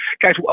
Guys